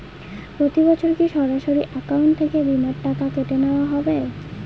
প্রতি বছর কি সরাসরি অ্যাকাউন্ট থেকে বীমার টাকা কেটে নেওয়া হবে?